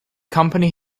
company